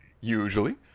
Usually